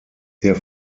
der